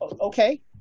Okay